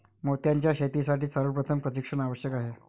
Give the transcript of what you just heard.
मोत्यांच्या शेतीसाठी सर्वप्रथम प्रशिक्षण आवश्यक आहे